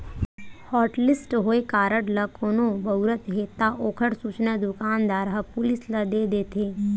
hotlist होए card ल कोनो बउरत हे त ओखर सूचना दुकानदार ह पुलिस ल दे देथे